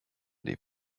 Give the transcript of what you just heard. des